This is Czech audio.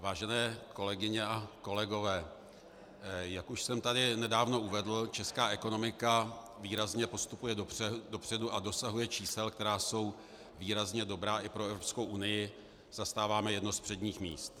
Vážené kolegyně a kolegové, jak už jsem tady nedávno uvedl, česká ekonomika výrazně postupuje dopředu a dosahuje čísel, která jsou výrazně dobrá i pro Evropskou unii, zastáváme jedno z předních míst.